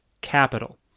capital